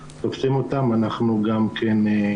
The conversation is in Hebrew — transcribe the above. אנחנו תופסים אותם, אנחנו גם כן,